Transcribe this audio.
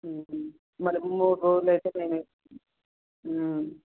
మరి మూడురోజులు అయితే మేము